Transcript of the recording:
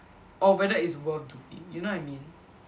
or whether it's worth doing you know what I mean